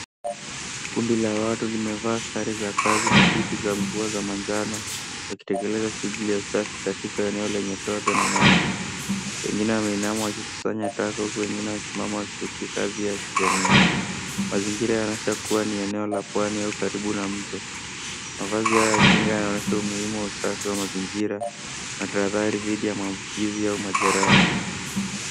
Kundi la watu limevaa sare za kazi na buti za mvua za manjano wakitekeleza shughuli ya usafi katika eneo lenye tope na maji. Wengine wameinama wakikusanya taka huku wengine wakisimama wakishiriki kazi ya kijamii. Mazingira yanaonyesha kuwa ni eneo la pwani au karibu na mto. Mavazi yao ya kinga yanaonyesha umuhimu wa usafi wa mazingira na tahadhari dhidi ya maambukizi au majeraha.